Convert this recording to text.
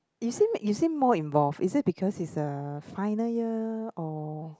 he seem he seem more involve is it because he's a final year or